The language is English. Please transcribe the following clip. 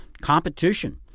competition